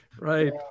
Right